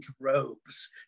droves